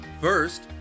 First